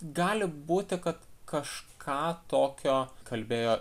gali būti kad kažką tokio kalbėjo